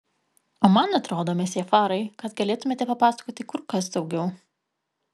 o man atrodo mesjė farai kad galėtumėte papasakoti kur kas daugiau